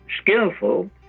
skillful